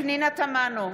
פנינה תמנו,